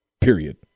Period